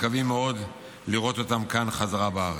מקווים מאוד לראות אותם כאן בחזרה בארץ.